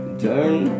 turn